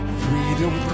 freedom